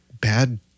bad